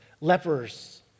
lepers